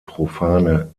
profane